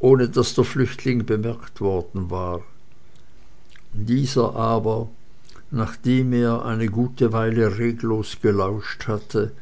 ohne daß der flüchtling bemerkt worden war dieser aber nachdem er eine gute weile reglos gelauscht hatte